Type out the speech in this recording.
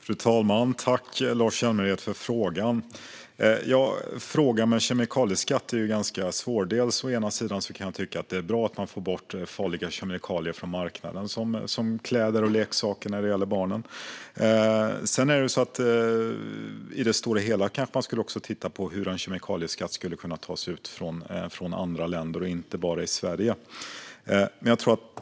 Fru talman! Tack, Lars Hjälmered, för frågan! Frågan om kemikalieskatt är ganska svår. Först och främst tycker jag att det är bra att man får bort farliga kemikalier från marknaden, exempelvis i kläder och barnens leksaker. Sedan skulle man kanske också titta på hur en kemikalieskatt skulle kunna tas ut från andra länder och inte bara i Sverige.